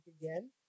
again